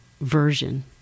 version